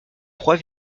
trois